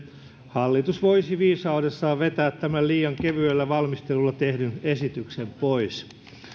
hallitus voisi viisaudessaan vetää tämän liian kevyellä valmistelulla tehdyn esityksen pois